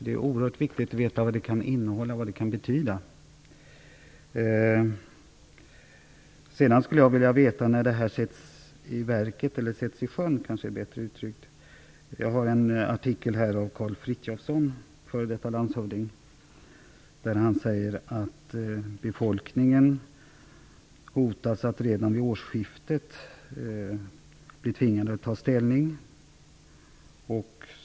Det är oerhört viktigt att få veta vad det kan innehålla och vad det kan betyda. Sedan skulle jag vilja veta när det här sätts i sjön. Jag har en artikel här av Karl Frithiofson, f.d. landshövding, där han säger att befolkningen hotas att redan vid årsskiftet bli tvingad att ta ställning.